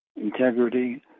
Integrity